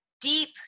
deep